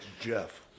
Jeff